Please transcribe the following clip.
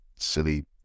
silly